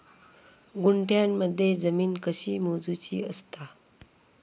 गुंठयामध्ये जमीन कशी मोजूची असता?